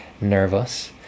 nervous